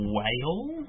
Whale